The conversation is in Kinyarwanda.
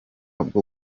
bwo